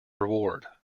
reward